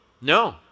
No